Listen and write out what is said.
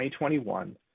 2021